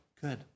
good